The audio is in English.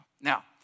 Now